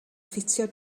ffitio